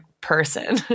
person